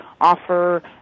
offer